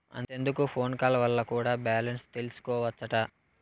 అంతెందుకు phone call వల్ల కూడా బాలెన్స్ తెల్సికోవచ్చట